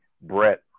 Brett